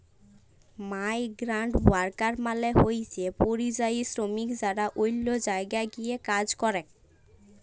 migrant worker মালে হইসে পরিযায়ী শ্রমিক যারা অল্য জায়গায় গিয়ে কাজ করেক